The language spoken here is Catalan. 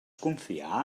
confiar